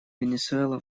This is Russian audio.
венесуэла